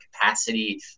capacity